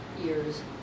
years